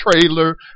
trailer